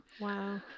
Wow